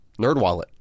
NerdWallet